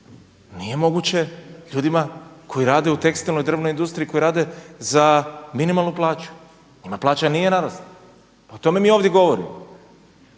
nije moguće ljudima koji rade u tekstilnoj, drvnoj industriji, koji rade za minimalnu plaću. Njima plaća nije narasla. Pa o tome mi ovdje govorimo.